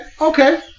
okay